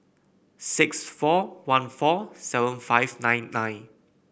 six four one four seven five nine nine